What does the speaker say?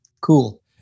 cool